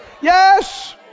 Yes